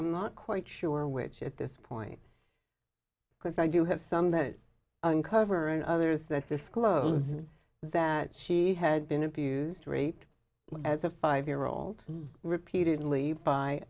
i'm not quite sure which at this point because i do have some that uncover and others that discloses that she had been abused raped as a five year old repeatedly by